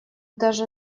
даже